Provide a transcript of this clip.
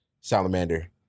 Salamander